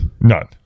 None